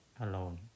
alone